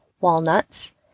walnuts